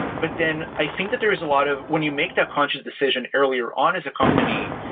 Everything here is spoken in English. but then i think that there's a lot of when you make that conscious decision earlier on as a company,